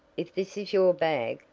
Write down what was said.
if this is your bag,